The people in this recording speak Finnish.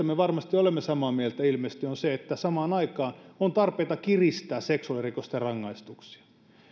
me varmasti olemme samaa mieltä ilmeisesti on se että samaan aikaan on tarpeita kiristää seksuaalirikosten rangaistuksia